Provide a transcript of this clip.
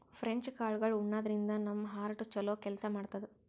French ಕಾಳ್ಗಳ್ ಉಣಾದ್ರಿನ್ದ ನಮ್ ಹಾರ್ಟ್ ಛಲೋ ಕೆಲ್ಸ್ ಮಾಡ್ತದ್